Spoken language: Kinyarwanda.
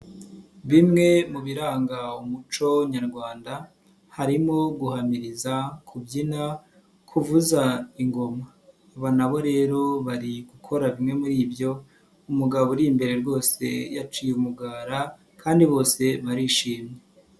Bimwe mu biranga umuco nyarwanda harimo guhamiriza, kubyina, kuvuza ingoma, aba na bo rero bari gukora bimwe muri ibyo, umugabo uri imbere rwose yaciye umugara kandi bose barishimye.